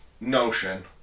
notion